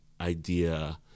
idea